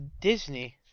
disney